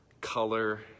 color